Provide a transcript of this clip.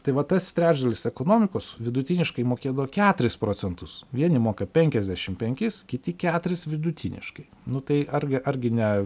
tai va tas trečdalis ekonomikos vidutiniškai mokėdavo keturis procentus vieni moka penkiasdešim penkis kiti keturis vidutiniškai nu tai argi argi ne